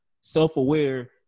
self-aware